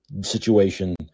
situation